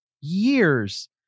years